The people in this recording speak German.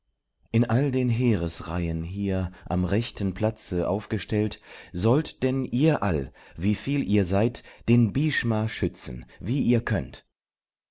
in all den heeresreihen hier am rechten platze aufgestellt sollt denn ihr all wie viel ihr seid den bhshma schützen wie ihr könnt